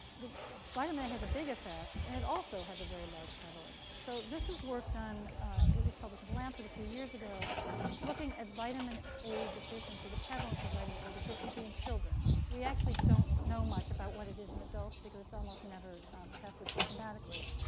vitamin a has a big effect. and it also has a very large prevalence. so this is worked on it was published in the lancet a few years ago looking at vitamin a deficiency, the prevalence of vitamin a deficiency in children. we actually don't know much about what it is in adults because it's almost never tested systematically.